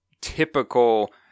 typical